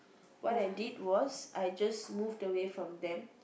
what I did was I just move away from them